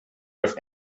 with